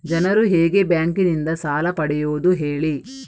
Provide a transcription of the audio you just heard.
ಜನರು ಹೇಗೆ ಬ್ಯಾಂಕ್ ನಿಂದ ಸಾಲ ಪಡೆಯೋದು ಹೇಳಿ